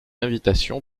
invitation